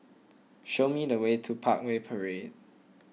show me the way to Parkway Parade